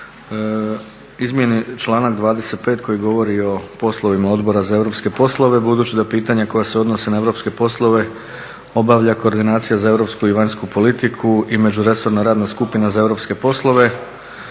izmjeni članak 25. koji govori o poslovima Odbora za europske poslove budući da pitanja koja se odnose na europske poslove obavlja Koordinacija za europsku i vanjsku politiku i Međuresorna radna skupina za europske poslove